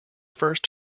first